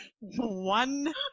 one